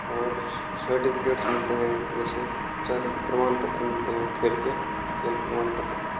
और सर्टिफिकेट्स मिलते हैं जैसे जेद प्रमाणपत्र मिलते हैं वो खेल के खेल प्रमाणपत्र